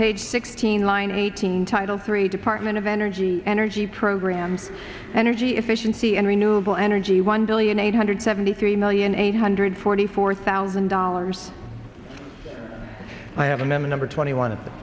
page sixteen line eighteen title three department of energy energy program energy efficiency and renewable energy one billion eight hundred seventy three million eight hundred forty four thousand dollars i have in them a number twenty one of the